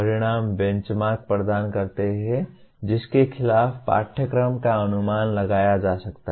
परिणाम बेंचमार्क प्रदान करते हैं जिसके खिलाफ पाठ्यक्रम का अनुमान लगाया जा सकता है